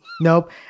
Nope